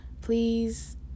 Please